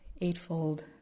Eightfold